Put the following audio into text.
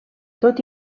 tot